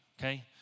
okay